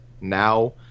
now